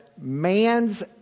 man's